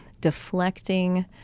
deflecting